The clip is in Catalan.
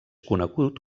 conegut